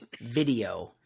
video